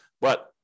But-